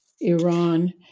Iran